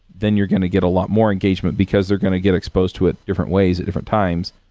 then you're going to get a lot more engagement, because they're going to get exposed to it different ways at different times.